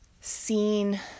seen